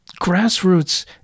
grassroots